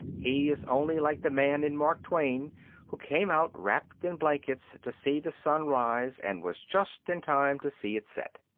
he is only like the man in mark twain who came out wrapped in blankets to see the sun rise and was just in time to see it set.